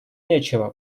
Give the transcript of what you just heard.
нечего